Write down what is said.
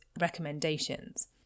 recommendations